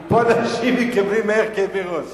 כי פה אנשים מקבלים מהר כאבי ראש.